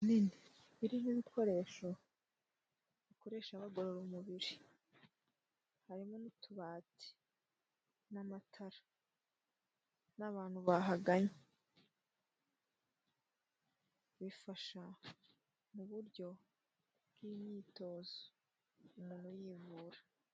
Ibintu birimo ibikoresho bakoresha bagorora umubiri, harimo n'utubati n'amatara n'abantu bifasha mu buryo bw'imyitozo umuntu yivura.